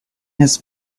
his